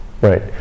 right